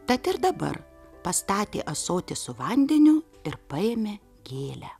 tad ir dabar pastatė ąsotį su vandeniu ir paėmė gėlę